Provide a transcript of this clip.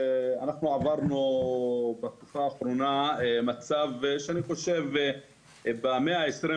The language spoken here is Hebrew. אנחנו עברנו בתקופה האחרונה מצב שאני חושב במאה ה-21